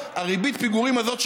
ריבית הפיגורים הזאת,